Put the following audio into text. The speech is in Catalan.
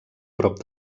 prop